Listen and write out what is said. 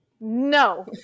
No